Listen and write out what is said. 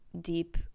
deep